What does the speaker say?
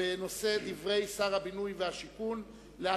בנושא: דברי שר הבינוי והשיכון בדבר